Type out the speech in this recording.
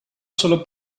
solo